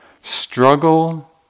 Struggle